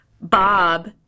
Bob